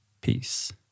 Peace